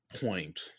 point